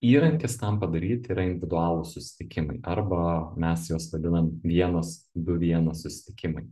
įrankis tam padaryti yra individualūs susitikimai arba mes juos vadinam vienas du vienas susitikimai